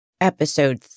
Episode